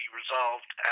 resolved